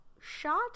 shot